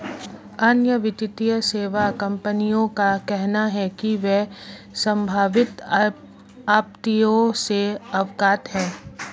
अन्य वित्तीय सेवा कंपनियों का कहना है कि वे संभावित आपत्तियों से अवगत हैं